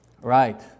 Right